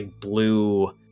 blue